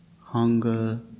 hunger